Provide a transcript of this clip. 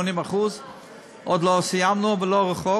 80%. עוד לא סיימנו אבל לא רחוק.